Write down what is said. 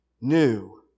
new